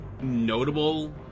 notable